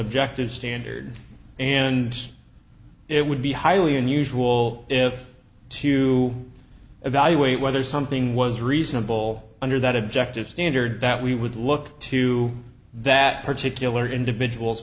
objective standard and it would be highly unusual if to evaluate whether something was reasonable under that objective standard that we would look to that particular individual